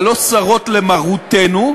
אבל לא סרות למרותנו,